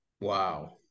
Wow